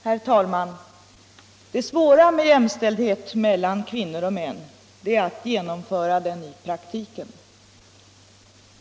Herr talman! Det svåra med jämställdhet mellan kvinnor och män är att genomföra den i praktiken.